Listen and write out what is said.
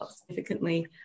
significantly